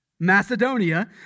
Macedonia